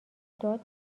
داد